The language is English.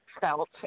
felt